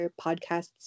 podcasts